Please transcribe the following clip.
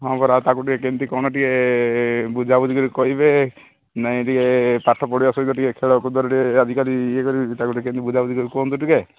ହଁ ପରା ତାକୁ ଟିକେ କେମିତି କ'ଣ ଟିକେ ବୁଝାବୁଝି କରି କହିବେ ନାଇଁ ଟିକେ ପାଠ ପଢ଼ିବା ସହିତ ଟିକେ ଖେଳ କୁଦରେ ଟିକେ ଆଜିକାଲି ଇଏ କରିକି ତାକୁ ଟିକେ କେମିତି ବୁଝାବୁଝି କରି କୁହନ୍ତୁ ଟିକେ